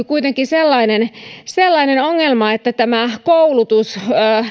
kuitenkin sellainen sellainen ongelma että tämä koulutus